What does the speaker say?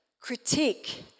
critique